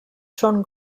schon